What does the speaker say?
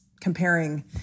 comparing